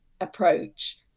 approach